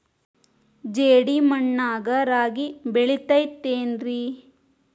ಜೇಡಿ ಮಣ್ಣಾಗ ರಾಗಿ ಬೆಳಿತೈತೇನ್ರಿ?